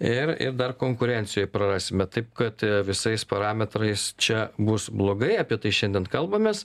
ir ir dar konkurencijoj prarasime taip kad visais parametrais čia bus blogai apie tai šiandien kalbamės